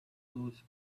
those